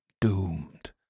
doomed